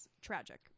Tragic